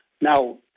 Now